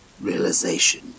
realization